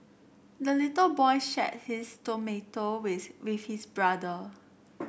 the little boy shared his with with his brother